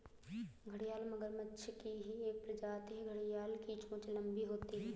घड़ियाल मगरमच्छ की ही एक प्रजाति है घड़ियाल की चोंच लंबी होती है